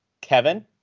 Kevin